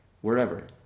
wherever